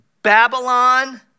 Babylon